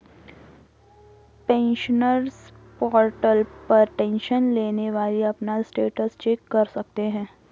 pensioners portal पर tension लेने वाली अपना स्टेटस चेक कर सकते हैं